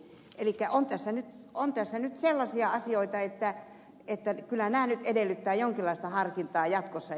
elikkä on tässä nyt sellaisia asioita että kyllä nämä nyt edellyttävät jonkinlaista harkintaa jatkossa